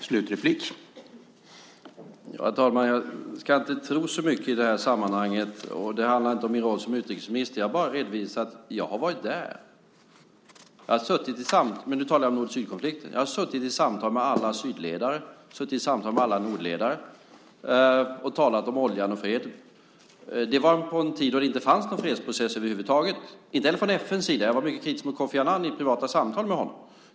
Herr talman! Jag ska inte tro så mycket i detta sammanhang. Och det handlar inte om min roll som utrikesminister. Jag har bara redovisat att jag har varit där. Och nu talar jag om nord-syd-konflikten. Jag har suttit i samtal med alla sydledare och med alla nordledare och talat om oljan och freden. Det var under en tid då det inte fanns någon fredsprocess över huvud taget, inte heller från FN:s sida. Jag var mycket kritisk mot Kofi Annan i privata samtal med honom.